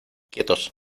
quietos